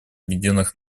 объединенных